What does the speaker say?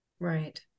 Right